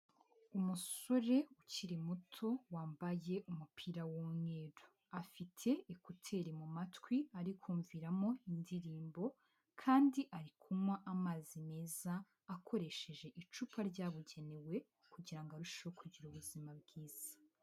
Umusore ukiri muto wambaye umupira w'umweru, afite ekuteri mu matwi ari kumviramo indirimbo kandi ari kunywa amazi meza akoresheje icupa ryabugenewe kugira ngo arusheho kugira ubuzima bwiza.